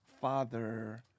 father